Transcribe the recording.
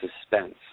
suspense